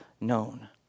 known